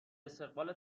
استقبال